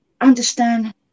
understand